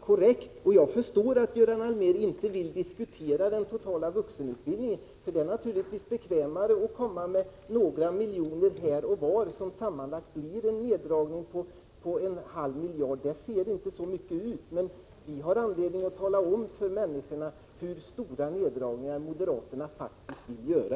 korrekt. Jag förstår att Göran Allmér inte vill diskutera den totala vuxenutbildningen. Det är naturligtvis bekvämare att komma med några miljoner här och var som sammanlagt blir en neddragning på en halv miljard. Det ser inte så mycket ut. Men vi har anledning att tala om för människorna hur stora neddragningar moderaterna faktiskt vill göra.